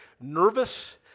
nervous